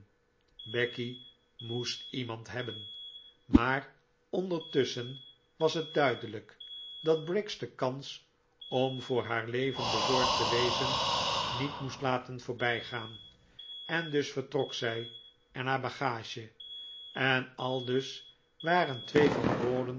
becky moest iemand hebben maar ondertusschen was het duidelijk dat briggs de kans om voor haar leven bezorgd te wezen niet moest laten voorbijgaan en dus vertrok zij en haar bagage en aldus waren twee van